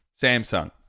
Samsung